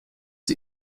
die